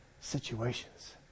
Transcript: situations